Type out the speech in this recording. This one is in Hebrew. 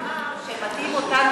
מטעים אותנו,